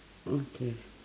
okay